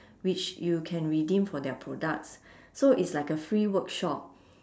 which you can redeem for their products so it's like a free workshop